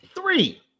Three